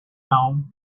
down